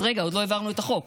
אז רגע, עוד לא העברנו את החוק.